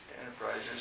enterprises